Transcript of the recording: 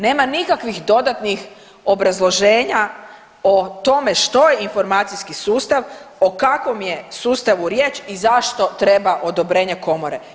Nema nikakvih dodatnih obrazloženja o tome što je informacijski sustav, o kakvom je sustavu riječ i zašto treba odobrenje komore.